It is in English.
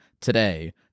today